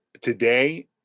today